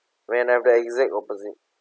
man I have the exact opposite